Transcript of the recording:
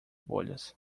bolhas